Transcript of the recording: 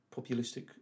populistic